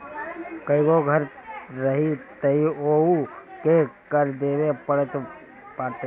कईगो घर रही तअ ओहू पे कर देवे के पड़त बाटे